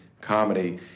comedy